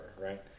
right